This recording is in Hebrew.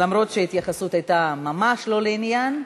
למרות שההתייחסות הייתה ממש לא לעניין.